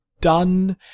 done